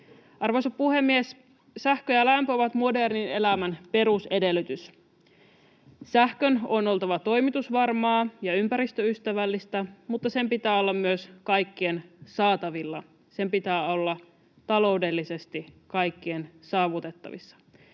Arvoisa puhemies! Sähkö ja lämpö ovat modernin elämän perusedellytys. Sähkön on oltava toimitusvarmaa ja ympäristöystävällistä, mutta sen pitää olla myös kaikkien saatavilla, sen pitää olla taloudellisesti kaikkien saavutettavissa.